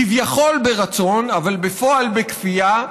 כביכול ברצון אבל בפועל בכפייה,